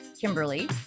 Kimberly